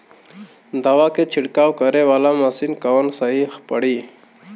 दवा के छिड़काव करे वाला मशीन कवन सही पड़ी?